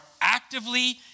actively